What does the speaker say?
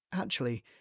Actually